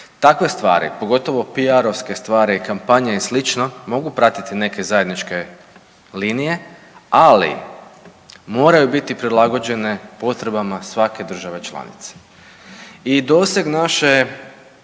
Takve stvari, pogotovo piarovske stvari, kampanje i slično mogu pratiti neke zajedničke linije, ali moraju biti prilagođene potrebama svake države članice. I doseg naše